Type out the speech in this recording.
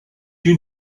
you